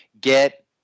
get